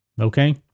Okay